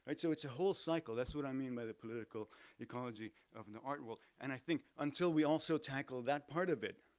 so it's a whole cycle, that's what i mean by the political ecology of and the art world. and i think until we also tackle that part of it,